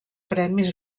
premis